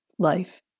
Life